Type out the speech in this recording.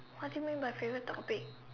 what do you mean by favorite topic